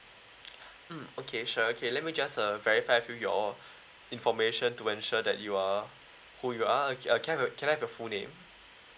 mm okay sure okay let me just uh verify with your information to ensure that you are who you are okay I can err can I have your full name